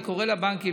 אני קורא לבנקים,